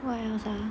what else ah